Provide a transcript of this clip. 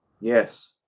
Yes